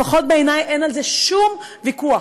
לפחות בעיני אין על זה שום ויכוח,